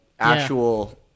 Actual